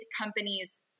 companies